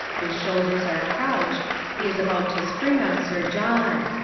his shoulders are crouched he is about to spring on sir john.